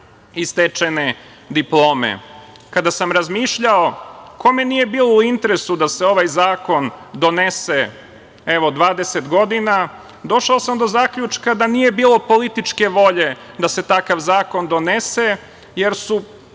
i stečene diplome. Kada sam razmišljao kome nije bilo u interesu da se ovaj zakon donese evo 20 godina, došao sam do zaključka da nije bilo političke volje da se takav zakon donese, jer su